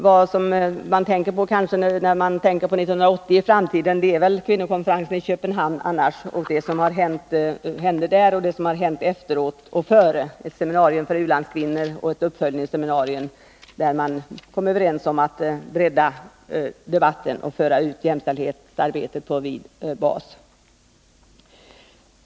Vad vi kanske framför allt minns från 1980 är kvinnokonferensen i Köpenhamn och det som hände både före och efter den konferensen, bl.a. ett seminarium för u-landskvinnor och en uppföljningskonferens där man kom överens om att bredda debatten och föra ut jämställdhetsarbetet på bred bas.